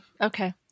okay